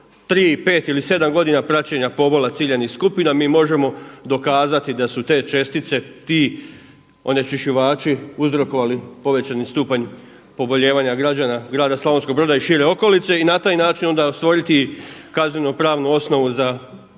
3 i 5 ili 7 godina praćenja pobola ciljanih skupina mi možemo dokazati da su te čestice, ti onečišćivači uzrokovali povećani stupanj pobolijevanja građana grada Slavonskog Broda i šire okolice i na taj način stvoriti kaznenopravnu osnovu za gonjenje